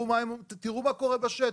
תראו מה קורה בשטח.